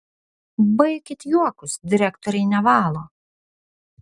baikit juokus direktoriai nevalo